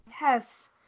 Yes